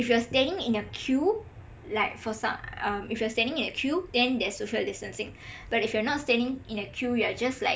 if you are standing in a queue like for some uh if you are standing in a queue then there's social distancing but if you are not standing in a queue you're just like